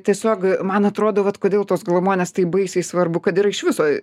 tiesiog man atrodo vat kodėl tos glamonės taip baisiai svarbu kad yra iš viso